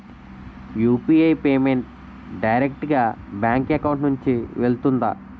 UPI payment direct గా bank account నుంచి వెళ్తుందా?